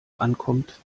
ankommt